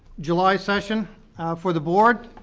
july session for the board,